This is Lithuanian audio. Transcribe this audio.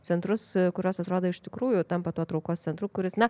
centrus kurios atrodo iš tikrųjų tampa tuo traukos centru kuris na